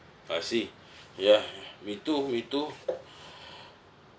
I see ya me too me too